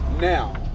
now